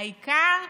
העיקר,